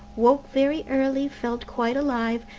woke very early, felt quite alive,